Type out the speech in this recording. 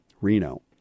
Reno